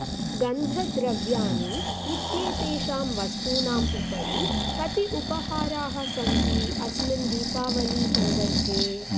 गन्धद्रव्यानि इत्येतेषां वस्तूनाम् उपरि कति उपहाराः सन्ति अस्मिन् दीपावलीसन्दर्भे